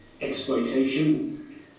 exploitation